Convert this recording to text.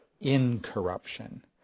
incorruption